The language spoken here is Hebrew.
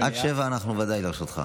עד 07:00 אנחנו בוודאי לרשותך.